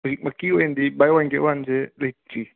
ꯍꯧꯖꯤꯛꯃꯛꯀꯤ ꯑꯣꯏꯅꯗꯤ buy one get ꯋꯥꯟꯁꯦ ꯂꯩꯇ꯭ꯔꯤ